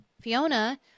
fiona